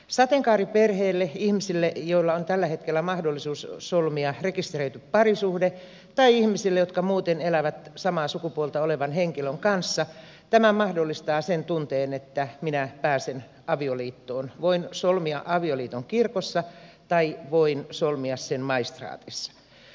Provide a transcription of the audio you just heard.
sateenkaariperheille ihmisille joilla on tällä hetkellä mahdollisuus solmia rekisteröity parisuhde tai ihmisille jotka muuten elävät samaa sukupuolta olevan henkilön kanssa tämä mahdollistaa sen tunteen että minä pääsen avioliittoon voin solmia avioliiton kirkossa tai voin solmia sen maistraatissa